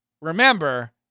remember